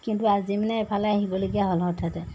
কিন্তু আজি মানে এফালে আহিবলগীয়া হ'ল হঠাতে